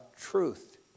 truth